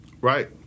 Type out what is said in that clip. Right